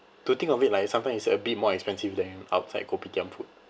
to think of it like sometimes it's a bit more expensive than outside kopitiam food